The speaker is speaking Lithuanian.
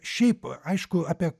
šiaip aišku apie